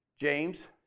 James